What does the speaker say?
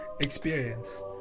experience